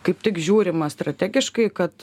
kaip tik žiūrima strategiškai kad